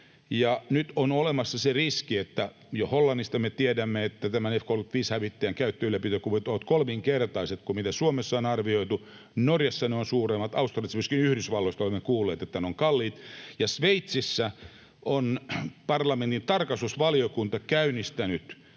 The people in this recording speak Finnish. nyt on olemassa se riski — jo Hollannista me tiedämme, että tämän F-35-hävittäjän käyttö- ja ylläpitokulut ovat kolminkertaiset, kuin mitä Suomessa on arvioitu. Norjassa ne ovat suuremmat. Australiasta, myöskin Yhdysvalloista, olemme kuulleet, että ne ovat kalliit. Ja Sveitsissä on parlamentin tarkastusvaliokunta käynnistänyt